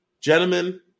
Gentlemen